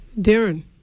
Darren